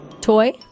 Toy